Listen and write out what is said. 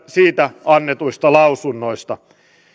siitä annetuista lausunnoista